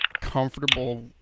comfortable